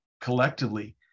collectively